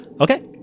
Okay